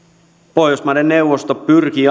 pohjoismaiden neuvosto pyrkii